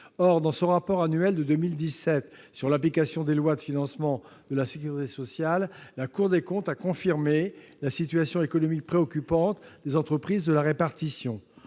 Or, dans son rapport annuel de 2017 sur l'application des lois de financement de la sécurité sociale, la Cour des comptes a confirmé la situation économique préoccupante des entreprises de la répartition.